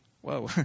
whoa